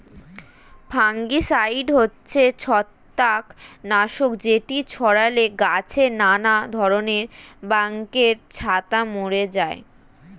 fungicide হচ্ছে ছত্রাক নাশক যেটি ছড়ালে গাছে নানা ধরণের ব্যাঙের ছাতা মরে যায়